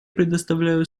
предоставляю